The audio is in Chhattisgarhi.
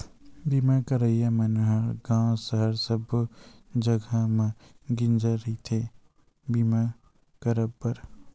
बीमा करइया मन ह गाँव सहर सब्बो जगा म गिंजरत रहिथे बीमा करब बर